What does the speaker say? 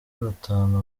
batanu